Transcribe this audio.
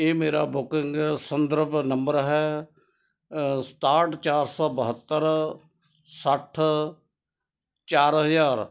ਇਹ ਮੇਰਾ ਬੁਕਿੰਗ ਸੰਦਰਭ ਨੰਬਰ ਹੈ ਸਤਾਟ ਚਾਰ ਸੌ ਬਹੱਤਰ ਸੱਠ ਚਾਰ ਹਜ਼ਾਰ